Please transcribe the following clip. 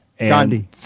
Gandhi